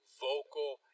vocal